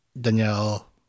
Danielle